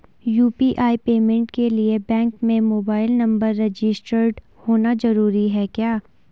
UPI payment के लिए bank में मोबाइल नंबर रजिस्टर्ड होना जरूरी है क्या?